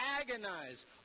agonize